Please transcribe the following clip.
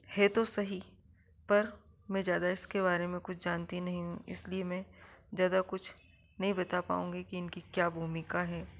है तो सही पर मैं ज्यादा इसके बारे में कुछ जानती नहीं हूँ इसलिए मैं ज्यादा कुछ नहीं बता पाऊँगी कि इनकी क्या भूमिका है